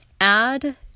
Add